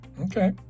okay